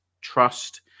trust